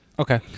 Okay